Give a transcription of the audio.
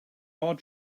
hard